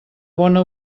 bona